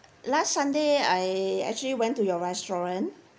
last sunday I actually went to your restaurant